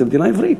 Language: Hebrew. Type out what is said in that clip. זו מדינה עברית.